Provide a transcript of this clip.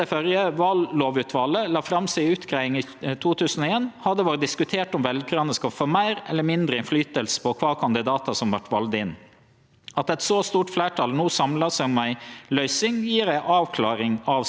At eit så stort fleirtal no samlar seg om ei løysing, gjev ei avklaring av spørsmålet. Dei politiske partia speler ei viktig rolle i demokratiet vårt, og eg meiner det er naturleg at partia har kontroll over kva for kandidatar som vert prioriterte på listene.